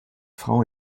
frau